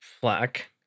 flack